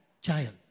child